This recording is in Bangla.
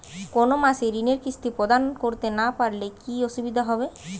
কোনো মাসে ঋণের কিস্তি প্রদান করতে না পারলে কি অসুবিধা হবে?